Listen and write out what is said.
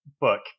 book